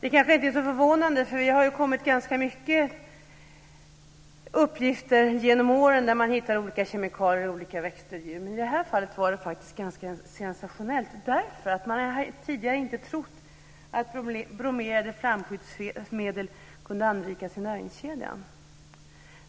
Det kanske egentligen inte är så förvånande. Det har kommit ganska många uppgifter genom åren där man hittat olika kemikalier i olika växter och djur. Men i det här fallet var det ganska sensationellt. Man hade tidigare inte trott att bromerade flamskyddsmedel kunde anrikas i näringskedjan.